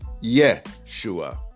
Yeshua